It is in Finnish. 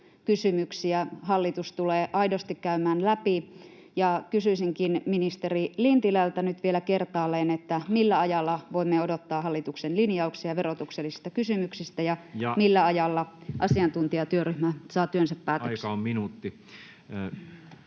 kipukysymyksiä hallitus tulee aidosti käymään läpi, ja kysyisinkin ministeri Lintilältä nyt vielä kertaalleen, millä ajalla voimme odottaa hallituksen linjauksia verotuksellisista kysymyksistä ja millä ajalla asiantuntijatyöryhmä saa työnsä päätökseen.